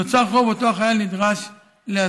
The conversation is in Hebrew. נוצר חוב שאותו החייל נדרש להסדיר.